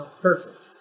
Perfect